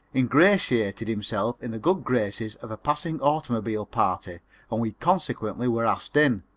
ingratiated himself in the good graces of a passing automobile party and we consequently were asked in.